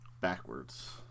backwards